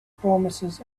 promises